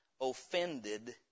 offended